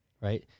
right